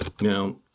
Now